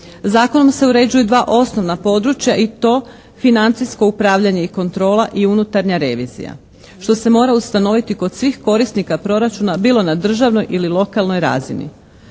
Zakonom se uređuju dva osnovna područja i to: financijsko upravljanje i kontrola i unutarnja revizija što se mora ustanoviti kod svih korisnika proračuna bilo na državnoj ili lokalnoj razini.